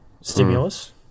stimulus